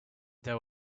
there